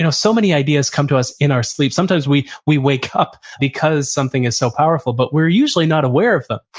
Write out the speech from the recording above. you know so many ideas come to us in our sleep. sometimes we we wake up because something is so powerful, but we're usually not aware of them.